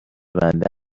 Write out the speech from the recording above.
بنده